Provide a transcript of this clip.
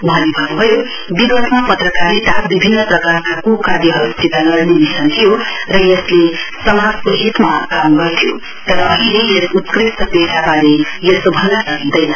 वहाँले भन्नु भयो विगतमा पत्रकारिता विभिन्न प्रकारका कुकार्यहरूसित लड्ने मिशन थियो र यसले समाजको हितमा काम गर्थ्यो तर अहिले यस उत्कृष्ट पेशाबारे यसो भन्न सकिँदैन